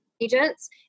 agents